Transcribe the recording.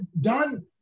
done